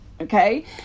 Okay